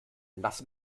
lass